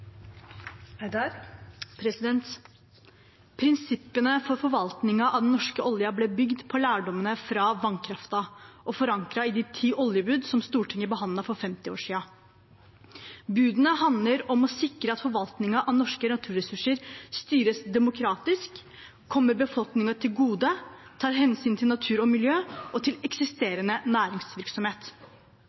Prinsippene for forvaltningen av den norske oljen ble bygd på lærdommen fra vannkraften og forankret i de ti oljebud, som Stortinget behandlet for 50 år siden. Budene handler om å sikre at forvaltningen av norske naturressurser styres demokratisk, kommer befolkningen til gode, tar hensyn til natur og miljø og til eksisterende næringsvirksomhet.